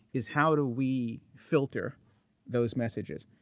is how do we filter those messages?